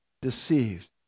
deceived